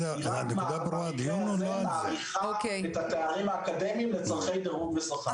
היא רק מעריכה את התארים האקדמיים לצורכי דירוג ושכר.